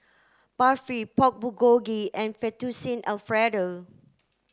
Barfi Pork Bulgogi and Fettuccine Alfredo